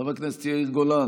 חבר הכנסת יאיר גולן,